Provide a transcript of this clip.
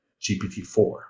GPT-4